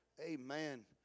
Amen